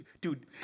Dude